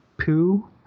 Poo